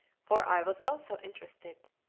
for i was also interested.